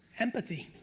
empathy.